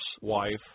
wife